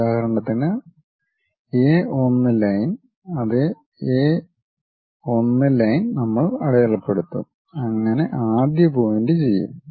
ഉദാഹരണത്തിന് A 1 line അതേ A 1 line നമ്മൾ അടയാളപ്പെടുത്തും അങ്ങനെ ആദ്യ പോയിന്റ് ചെയ്യും